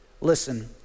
Listen